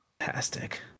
fantastic